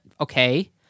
okay